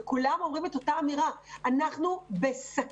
וכולם אומרים את אותה אמירה: אנחנו בסכנה.